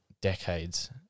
decades